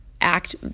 act –